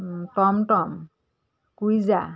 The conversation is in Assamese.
টম টম কুইজা